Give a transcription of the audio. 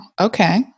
Okay